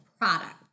Product